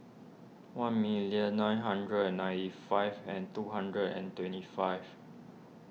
one million nine hundred and ninety five and two hundred and twenty five